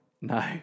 No